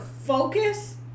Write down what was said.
focus